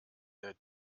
der